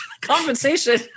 compensation